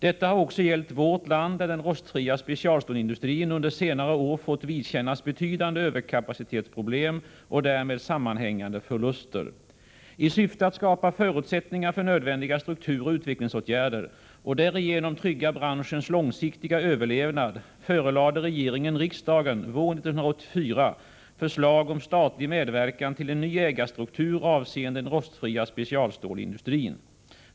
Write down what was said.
Detta har också gällt vårt land, där den rostfria specialstålsindustrin under senare år fått vidkännas betydande överkapacitetsproblem och därmed sammanhängande förluster. I syfte att skapa förutsättningar för nödvändiga strukturoch utvecklingsåtgärder och därigenom trygga branschens långsiktiga överlevnad förelade regeringen riksdagen våren 1984 förslag om statlig medverkan till en ny ägarstruktur avseende den rostfria specialstålsindustrin.